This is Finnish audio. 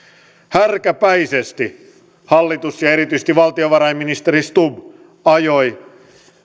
härkäpäisesti hallitus ja erityisesti valtiovarainministeri stubb ajoi